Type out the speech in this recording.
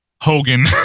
Hogan